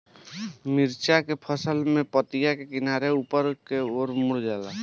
मिरचा के फसल में पतिया किनारे ऊपर के ओर मुड़ जाला?